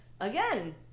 again